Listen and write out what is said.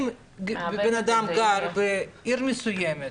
אם בן אדם גר בעיר מסוימת,